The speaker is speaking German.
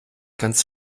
ganz